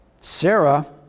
Sarah